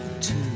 two